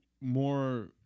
more